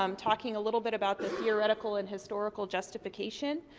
um talking a little bit about the theoretical and historical justification.